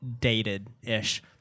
dated-ish